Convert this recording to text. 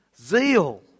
zeal